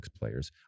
players